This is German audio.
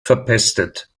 verpestet